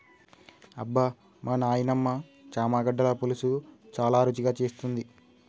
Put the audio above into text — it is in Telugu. అబ్బమా నాయినమ్మ చామగడ్డల పులుసు చాలా రుచిగా చేస్తుంది